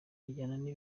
bajyanye